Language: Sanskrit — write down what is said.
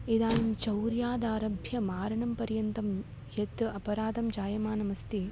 इदानिं चौर्यादारभ्य मारणं पर्यन्तं यत् अपरादं जायमानम् अस्ति